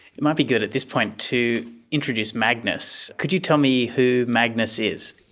it might be good at this point to introduce magnus. could you tell me who magnus is?